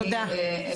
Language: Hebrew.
תודה.